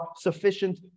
sufficient